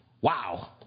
Wow